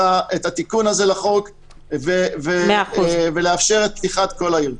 התיקון הזה לחוק ולאפשר את פתיחת כל העיר.